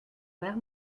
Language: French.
vers